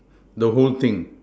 the whole thing